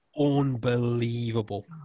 unbelievable